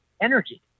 energy